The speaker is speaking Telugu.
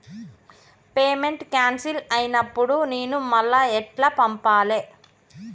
పేమెంట్ క్యాన్సిల్ అయినపుడు నేను మళ్ళా ఎట్ల పంపాలే?